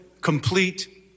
complete